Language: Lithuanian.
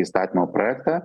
įstatymo projektą